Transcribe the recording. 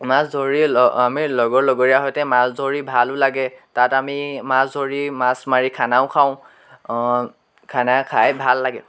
মাছ ধৰি ল আমি লগৰ লগৰীয়া সৈতে মাছ ধৰি ভালো লাগে তাত আমি মাছ ধৰি মাছ মাৰি খানাও খাওঁ খানা খাই ভাল লাগে